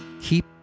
Keep